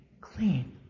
clean